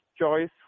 choice